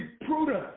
prudent